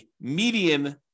median